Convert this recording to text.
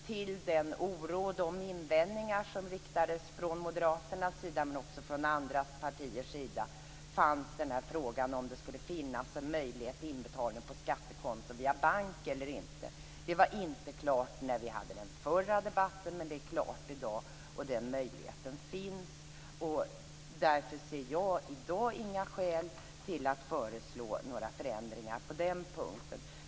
Till den oro och de invändningar som riktades från moderaternas sida men också från andra partiers sida kom frågan om det skulle finnas en möjlighet till inbetalning till skattekonto via bank eller inte. Det var inte klart när vi hade den förra debatten. Men det är klart i dag, och den möjligheten finns. Därför ser jag i dag inga skäl till att föreslå några förändringar på den punkten.